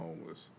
homeless